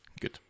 Good